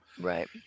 Right